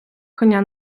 коня